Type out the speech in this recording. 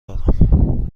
دارم